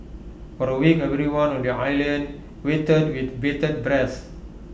for A week everyone on the island waited with bated breath